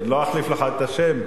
לא אחליף לך את השם.